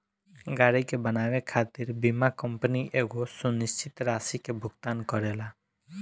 गाड़ी के बनावे खातिर बीमा कंपनी एगो सुनिश्चित राशि के भुगतान करेला